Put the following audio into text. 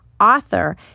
author